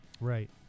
Right